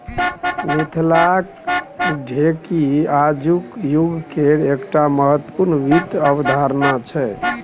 मिथिलाक ढेकी आजुक युगकेर एकटा महत्वपूर्ण वित्त अवधारणा छै